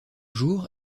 jours